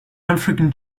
african